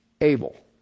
able